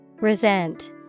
Resent